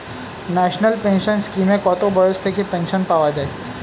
National pension স্কিমে কত বয়স থেকে পেনশন পাওয়া যায়?